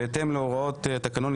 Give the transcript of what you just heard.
בהתאם להוראות התקנון,